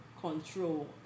control